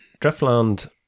Driftland